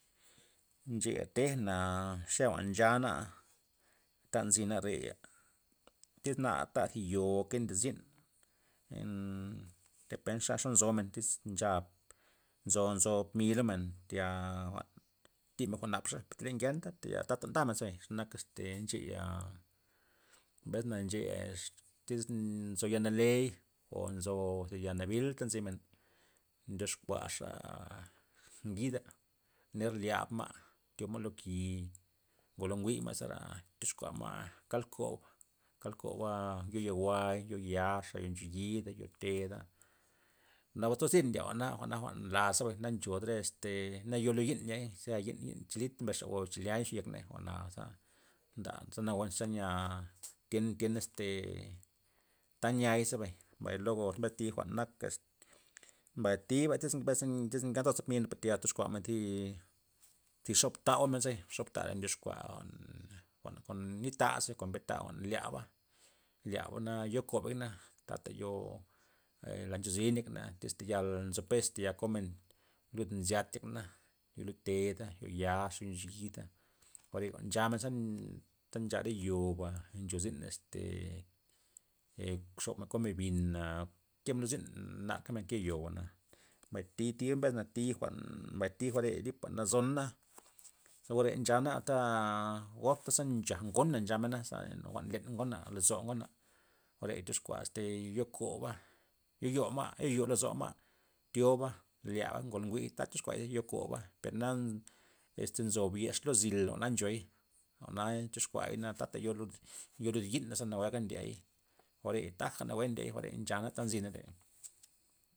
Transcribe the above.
Ncheya tejna xenya jwa'n nchana, ta nzina reya' tyz na tana zi yo' o kena zyn depen xa'xa nzomen iz ncha nzo- nzo mi lomen taya jwa'n timen jwa'n napxa per iz ngenta tayal ta'ta ndamen zaba xe nak te ncheya mbes'na ncheya ex tyz nzo yal naley o nzo zi yal nabilta nzimen, ndoxkuaxa ngida' ner lyabma' thiobma' lo ki ngolo nguyma' zera tyoxkuama' kald kob, kald koba' yo yawa'y yo yaxa' ncheyida yo teda, nawue toztir ndye jwa'na, jwa'n la zebay na nchodre este na yo' yi'n zera yi'n- yi'n chilit mbes xagot yi'n chilenach yo yeknet jwa'na za nda ze nawue nya zeyi'a nken nkken- este ta yi'ay zebay mbay luego thi jwa'n nak este mbay thibay bes- bes tyz ngentosta mi'na per tayal toskuamen thi thi xopta' jwa'men zebay xoptare ndyoxkua jwa'nn- kon nit ta ze kon mbe ta jwa'n nlyaba, lyabana yo koba tatey yo' e la nche zinay na tys theyal nzo pes theyal komen lud mzit yek ney'na yo lud teda' yo yia'xa ncheyida. jwa're chamen ze ncha re yoba ncho zyn este xobmen komen bi'na kemen lud zyn narkamen ke yo'bana mbay thi thiba mbesna thi jwa'n mbay thi jwa'n lipa nazona, ze or re nchana ta gobta ta nchag ngona nchamen za len ngona lozo ngona jwa're tyoxkua este yo koba ye yo ma' ye yo lozoma', thioba lyaba ngolo nguya' ta tyoxkuay yo koba' perna este nzob yex lo nzil jwa'na ncho'i jwa'na tyoxkuay na tatey yo lud yo lun yi'na za nawuega ndiey jwa're taja nawue ndiey. jware nchana ta nzina reya'.